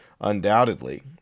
Undoubtedly